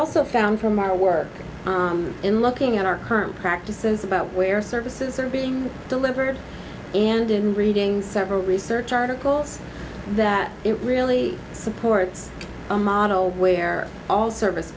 also found from our work in looking at our current practices about where services are being delivered and in reading several research articles that it really supports a model where all service